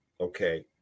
Okay